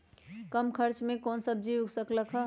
कम खर्च मे कौन सब्जी उग सकल ह?